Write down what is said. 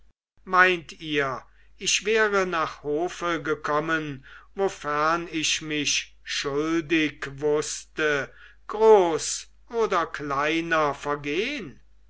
meint ihr ich wäre nach hofe gekommen wofern ich mich schuldig wußte groß oder kleiner vergehn